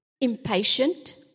Impatient